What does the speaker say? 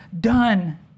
done